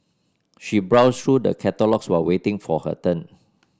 she browsed through the catalogues while waiting for her turn